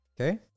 Okay